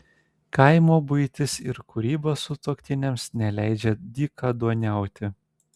kaimo buitis ir kūryba sutuoktiniams neleidžia dykaduoniauti